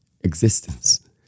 existence